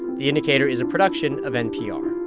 the indicator is a production of npr